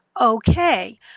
okay